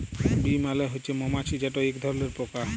bee মালে হছে মমাছি যেট ইক ধরলের পকা